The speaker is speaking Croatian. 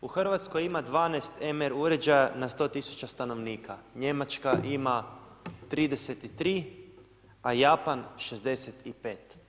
U Hrvatskoj ima 12 MR uređaja na 100 tisuća stanovnika, Njemačka ima 33, a Japan 65.